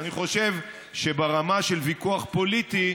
אני חושב שברמה של ויכוח פוליטי,